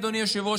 אדוני היושב-ראש,